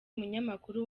umunyamakuru